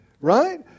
right